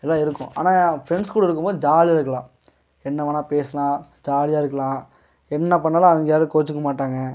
எதாவது இருக்கும் ஆனால் ஃப்ரெண்ட்ஸ் கூட இருக்கும்போது ஜாலியா இருக்குலாம் என்ன வேணால் பேசலாம் ஜாலியாக இருக்கலாம் என்ன பண்ணிணாலும் அவங்க யாரும் கோச்சிக்க மாட்டாங்க